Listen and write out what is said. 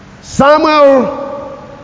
Samuel